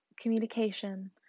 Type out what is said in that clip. communication